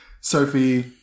Sophie